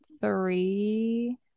three